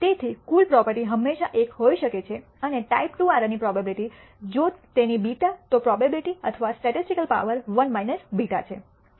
તેથી કુલ પ્રોપર્ટી હંમેશાં 1 હોઇ શકે છે અને ટાઈપ II એરર ની પ્રોબેબીલીટી જો તેની β તો પ્રોબેબીલીટી અથવા સ્ટેટિસ્ટિકલ પાવર 1 β છે